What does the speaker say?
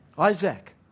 Isaac